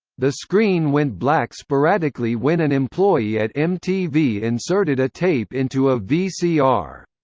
the screen went black sporadically when an employee at mtv inserted a tape into a vcr.